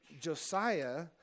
Josiah